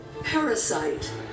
Parasite